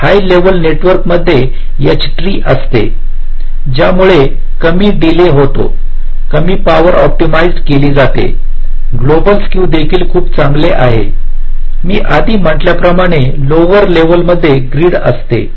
तर high level नेटवर्कमध्ये H tree असते ज्यामुळे कमी डिलेहोतो कमी पॉवर ऑप्टिमाइझ केले जाते ग्लोबल स्क्यू देखील खूप चांगले आहे मी आधी म्हटल्याप्रमाणे लोवेर लेवलमध्ये ग्रीड असते